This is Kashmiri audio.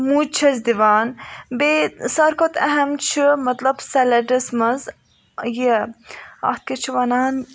مُج چھس دِوان بیٚیہِ ساروی کھۄتہٕ اہَم چھُ مطلب سیلَڑَس منٛز یہِ اَتھ کیٛاہ چھِ ونان